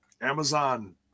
Amazon